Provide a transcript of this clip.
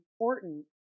important